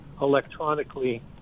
electronically